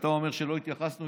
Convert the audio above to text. וכשאתה אומר שלא התייחסנו,